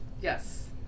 Yes